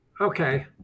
Okay